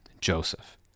Joseph